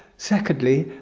secondly,